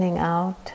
out